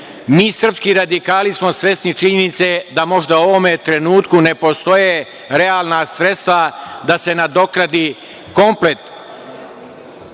Mi, srpski radikali, smo svesni činjenice da možda u ovom trenutku ne postoje realna sredstva da se nadoknadi komplet